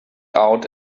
out